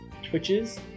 twitches